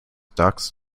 ducks